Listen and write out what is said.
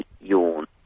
Yawn